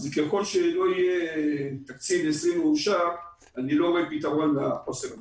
ככל שלא יהיה תקציב 2020 מאושר אני לא רואה פתרון לחוסר הזה.